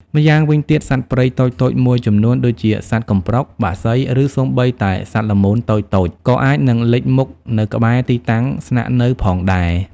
ម្យ៉ាងវិញទៀត សត្វព្រៃតូចៗមួយចំនួន ដូចជាសត្វកំប្រុក បក្សី ឬសូម្បីតែសត្វល្មូនតូចៗ ក៏អាចនឹងលេចមុខនៅក្បែរទីតាំងស្នាក់នៅផងដែរ។